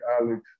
Alex